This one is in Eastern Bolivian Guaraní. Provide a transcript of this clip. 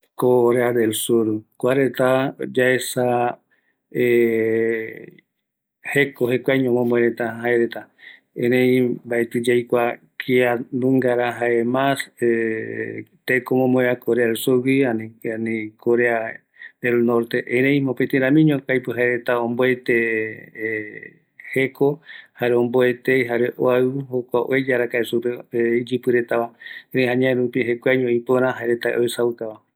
Corea del sur, kuareta jaeko, jeko omomoe yaeva, yaesa ramboeve oajaete ye omboete reta jeko, oïmeko aipo supeguareta ojaeteye omboeteva jare oaɨuva